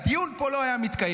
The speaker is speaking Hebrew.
הדיון פה לא היה מתקיים.